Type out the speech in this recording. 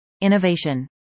innovation